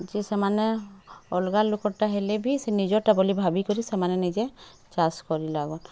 ଯେ ସେମାନେ ଅଲଗା ଲୋକର୍ଟା ହେଲେ ବି ସେ ନିଜର୍ଟା ବୋଲି ଭାବିକରି ସେମାନେ ନିଜେ ଚାଷ୍ କରି ଲାଗନ୍